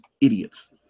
idiots